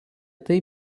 tai